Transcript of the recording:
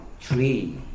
three